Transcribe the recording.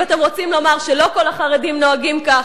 אם אתם רוצים לומר שלא כל החרדים נוהגים כך,